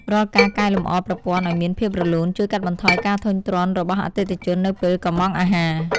រាល់ការកែលម្អប្រព័ន្ធឱ្យមានភាពរលូនជួយកាត់បន្ថយការធុញទ្រាន់របស់អតិថិជននៅពេលកុម្ម៉ង់អាហារ។